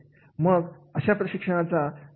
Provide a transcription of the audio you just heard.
मग अशा प्रशिक्षणाचा काही हेतू उरत नाही